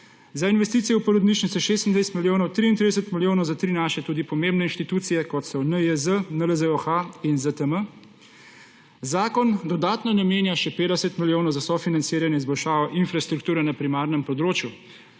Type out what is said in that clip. za investicijo v porodnišnice 26 milijonov, 33 milijonov za tri naše tudi pomembne inštitucije, kot so NIJZ, NLZOH in ZTM. Zakon dodatno namenja še 50 milijonov za sofinanciranje izboljšav infrastrukture na primarnem področju.